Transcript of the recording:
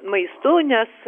maistu nes